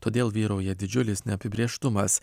todėl vyrauja didžiulis neapibrėžtumas